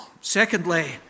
Secondly